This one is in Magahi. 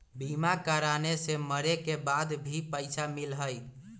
बीमा कराने से मरे के बाद भी पईसा मिलहई?